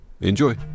enjoy